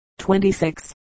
26